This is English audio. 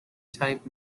type